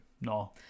no